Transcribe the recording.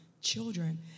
children